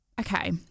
Okay